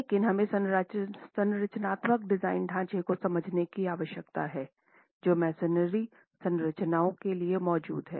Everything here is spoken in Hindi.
लेकिन हमें संरचनात्मक डिजाइन ढांचे को समझने की आवश्यकता है जो मैसनरी संरचनाओं के लिए मौजूद है